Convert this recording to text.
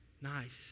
nice